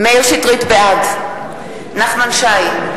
בעד נחמן שי,